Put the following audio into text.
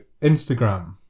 Instagram